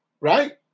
right